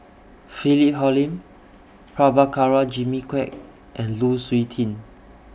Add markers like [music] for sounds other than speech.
Philip Hoalim Prabhakara Jimmy Quek [noise] and Lu Suitin